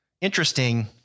interesting